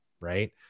right